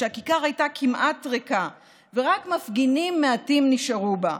כשהכיכר הייתה כמעט ריקה ורק מפגינים מעטים נשארו בה.